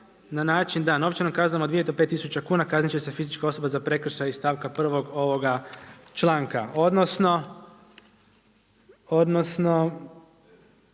na način da novčanom kaznom od 2 do 5 tisuća kuna kazniti će fizička osoba za prekršaj iz stavka 1 ovoga članka, odnosno